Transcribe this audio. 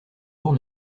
jours